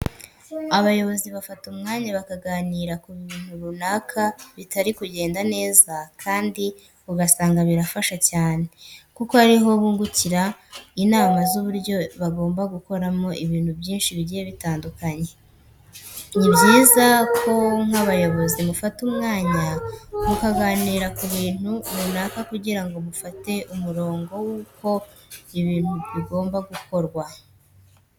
Abayobozi bafata umwanya bakaganira ku bintu runaka bitari kugenda neza kandi ugasanga birafasha cyane kuko ari ho bungukira inama z'uburyo bagomba gukoramo ibintu byinshi bigiye bitandukanye. Ni byiza ko nk'abayobozi mufata umwanya mukaganira ku bintu runaka kugira ngo mufate umurongo wuko ibintu bigomba gukorwa.